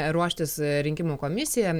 ruoštis rinkimų komisija